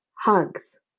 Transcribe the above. hugs